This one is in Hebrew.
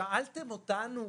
שאלתם אותנו?